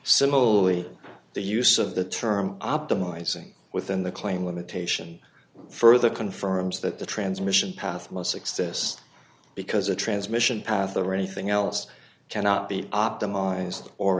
similarly the use of the term optimizing within the claim limitation further confirms that the transmission path most success because a transmission path or anything else cannot be optimized or